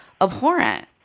abhorrent